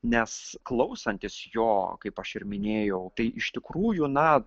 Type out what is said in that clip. nes klausantis jo kaip aš ir minėjau tai iš tikrųjų na